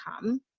come